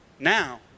Now